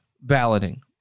balloting